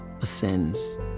ascends